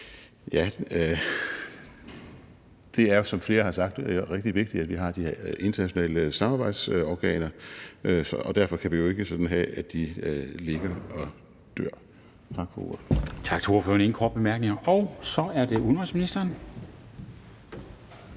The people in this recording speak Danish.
ja, det er, som flere har sagt, rigtig vigtigt, at vi har de her internationale samarbejdsorganer, og derfor kan vi jo ikke sådan have, at de ligger og dør. Tak for ordet. Kl. 12:26 Formanden (Henrik Dam Kristensen):